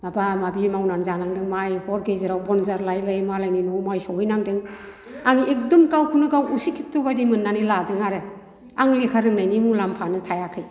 माबा माबि मावनानै जानांदों माइ हर गेजेराव बनजार लायै लायै मालायनि न'आव माइ सौहैनांदों आङो एकदम गावखौनो गाव असिकिट' बायदि मोननानै लादों आरो आं लेखा रोंनायनि मुलाम्फायानो थायाखै